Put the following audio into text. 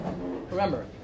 remember